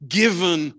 given